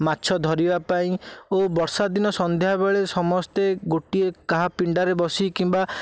ମାଛ ଧରିବାପାଇଁ ଓ ବର୍ଷାଦିନେ ସନ୍ଧ୍ୟାବେଳେ ସମସ୍ତେ ଗୋଟିଏ କାହା ପିଣ୍ଡାରେ ବସି କିମ୍ବା